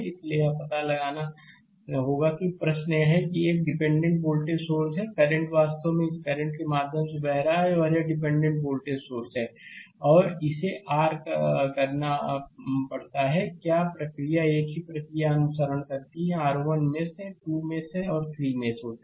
इसलिए यह पता लगाना होगा कि प्रश्न यह है यह एक डिपेंडेंट वोल्टेज सोर्स है यह करंट वास्तव में इस करंट के माध्यम से बह रहा है और यह एक डिपेंडेंट वोल्टेज सोर्स है और इसे आर करना पड़ता है क्या प्रक्रिया एक ही प्रक्रिया का अनुसरण करती है R 1 मेष 2 मेष और 3 मेष होते हैं